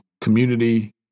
community